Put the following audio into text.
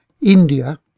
India